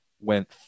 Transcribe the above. went